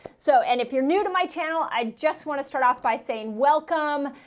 so, and if you're new to my channel, i just want to start off by saying welcome.